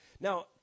now